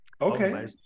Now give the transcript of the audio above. Okay